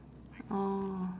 orh